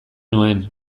nuen